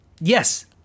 Yes